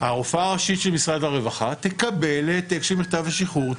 הרופאה האישית של משרד הרווחה תקבל את מכתב השחרור,